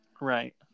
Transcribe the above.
Right